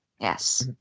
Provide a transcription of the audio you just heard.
Yes